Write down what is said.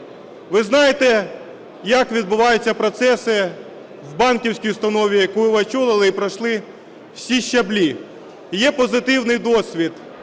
ви знаєте, як відбуваються процеси в банківській установі, яку ви очолили і пройшли всі щаблі. Є позитивний досвід